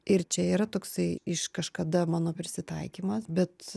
ir čia yra toksai iš kažkada mano prisitaikymas bet